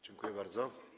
Dziękuję bardzo.